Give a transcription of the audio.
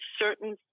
certain